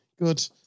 good